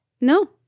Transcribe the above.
No